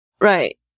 Right